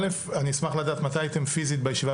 א' אני אשמח לדעת מתי הייתם פיזית בישיבה,